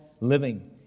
living